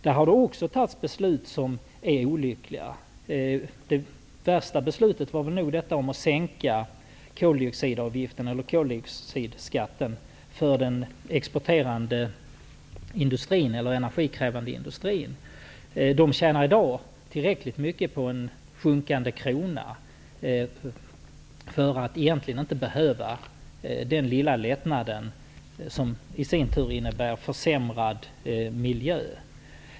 Också på detta område har det fattats olyckliga beslut. Det värsta var nog beslutet att sänka koldioxidskatten för den energikrävande industrin. Denna tjänar i dag tillräckligt på den sjunkande kronan för att egentligen inte behöva denna lilla lättnad, som i sin tur innebär en försämrad miljö.